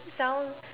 sound